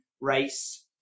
race